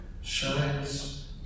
shines